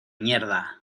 mierda